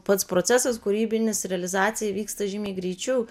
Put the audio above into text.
pats procesas kūrybinis realizacija vyksta žymiai greičiau